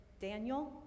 Daniel